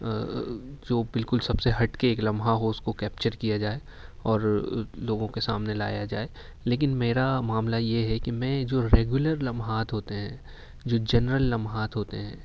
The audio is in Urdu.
جو بالکل سب سے ہٹ کے ایک لمحہ ہو اس کو کیپچر کیا جائے اور لوگوں کے سامنے لایا جائے لیکن میرا معاملہ یہ ہے کہ میں جو ریگولر لمحات ہوتے ہیں جو جنرل لمحات ہوتے ہیں